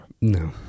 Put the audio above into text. No